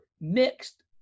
mixed